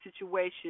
situation